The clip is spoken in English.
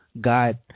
God